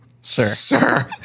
sir